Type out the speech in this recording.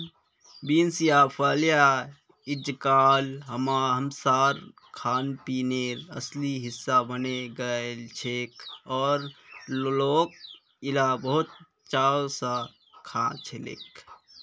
beans या फलियां अइजकाल हमसार खानपीनेर असली हिस्सा बने गेलछेक और लोक इला बहुत चाव स खाछेक